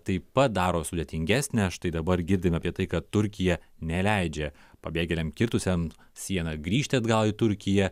taip pat daro sudėtingesnę štai dabar girdime apie tai kad turkija neleidžia pabėgėliam kirtusiam sieną grįžti atgal į turkiją